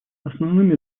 основными